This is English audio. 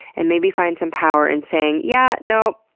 and maybe find some power in saying, yeah no.